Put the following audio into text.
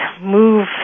move